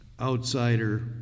Outsider